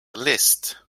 list